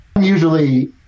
Usually